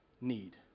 need